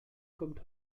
kommt